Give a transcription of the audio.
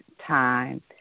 time